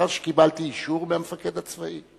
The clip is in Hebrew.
לאחר שקיבלנו אישור מהמפקד הצבאי,